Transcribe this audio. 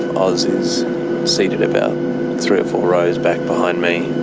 os is seated about three or four rows back behind me.